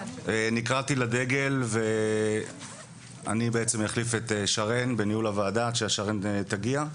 נקראתי לדגל ואני בעצם אחליף את שרן בניהול הוועדה עד ששרן תגיע.